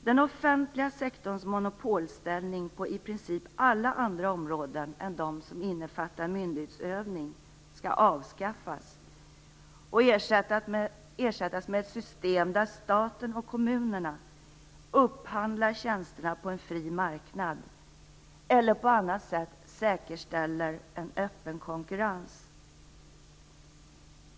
Den offentliga sektorns monopolställning på i princip alla andra områden än dem som innefattar myndighetsutövning skall avskaffas och ersättas med ett system där staten och kommunerna upphandlar tjänsterna på en fri marknad eller på annat sätt säkerställer en öppen konkurrens.